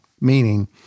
meaning